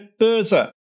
Börse